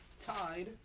Tied